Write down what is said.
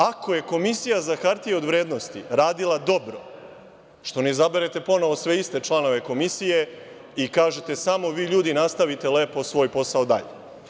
Ako je Komisija za hartije od vrednosti radila dobro, što ne izaberete ponovo sve iste članove Komisije i kažete – samo vi ljudi nastavite svoj posao dalje.